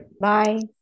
bye